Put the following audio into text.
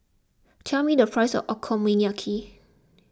tell me the price of Okonomiyaki